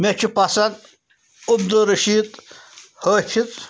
مےٚ چھِ پَسنٛد عبد الرشیٖد حٲفِظ